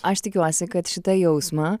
aš tikiuosi kad šitą jausmą